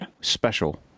special